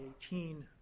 2018